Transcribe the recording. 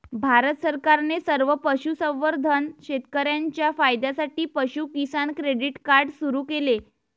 भारत सरकारने सर्व पशुसंवर्धन शेतकर्यांच्या फायद्यासाठी पशु किसान क्रेडिट कार्ड सुरू केले